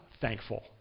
thankful